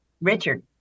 Richard